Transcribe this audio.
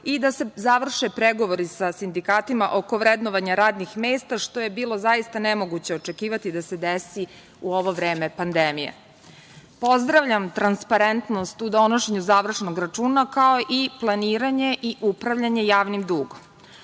i da se završe pregovori sa sindikatima oko vrednovanja radnih mesta, što je bilo nemoguće očekivati da se desi u ovo vreme pandemije. Pozdravljam transparentnost u donošenju završnog računa, kao i planiranje i upravljanje javnim dugom.